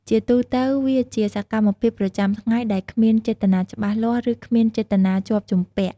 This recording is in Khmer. ជាទូទៅ វាជាសកម្មភាពប្រចាំថ្ងៃដែលគ្មានចេតនាច្បាស់លាស់ ឬគ្មានចេតនាជាប់ជំពាក់។